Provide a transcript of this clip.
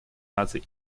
наций